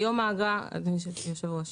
היושב ראש,